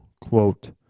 quote